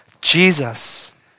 Jesus